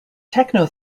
techno